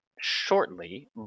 shortly